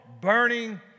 burning